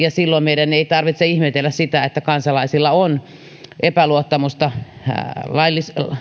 ja silloin meidän ei tarvitse ihmetellä sitä että kansalaisilla on epäluottamusta lain